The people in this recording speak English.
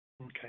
Okay